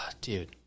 dude